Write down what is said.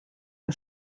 een